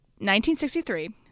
1963